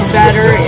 better